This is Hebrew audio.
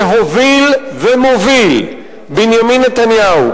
שהוביל ומוביל בנימין נתניהו,